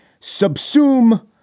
subsume